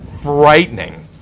frightening